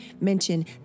Mention